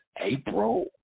April